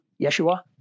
Yeshua